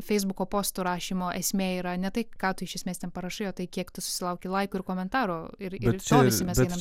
feisbuko postų rašymo esmė yra ne tai ką tu iš esmės ten parašai o tai kiek tu susilauki laikų ir komentarų ir to visi mes einam